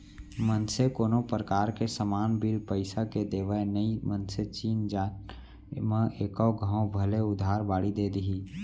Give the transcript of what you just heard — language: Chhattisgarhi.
मनसे कोनो परकार के समान बिन पइसा के देवय नई मनसे चिन जान म एको घौं भले उधार बाड़ी दे दिही